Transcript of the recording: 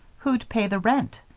who'd pay the rent?